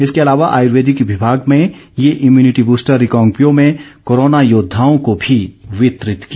इसके अलावा आयुर्वेदिक विमाग में ये immunity booster Reckong Peo corona योद्वाओं को भी वितरित किया